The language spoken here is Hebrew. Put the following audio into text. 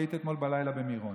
הייתי אתמול בלילה במירון.